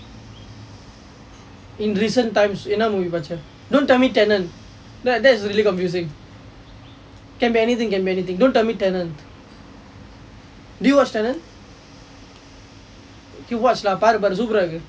in recent times என்ன:enna movie பார்த்த:paarttha don't tell me tenet that's really confusing can be anything can be anything you don't tell me Tenet did you watch Tenet okay watch lah பாரு பாரு:paaru paaru super ah இருக்கு:irukku